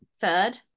third